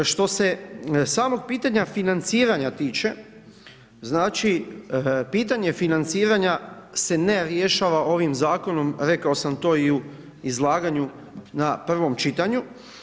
Što se samog pitanja financiranja tiče, znači, pitanje financiranja se ne rješava ovim zakonom, rekao sam to i u izlaganju na prvom čitanju.